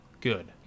good